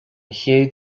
chéad